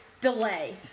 delay